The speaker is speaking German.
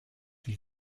sie